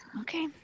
Okay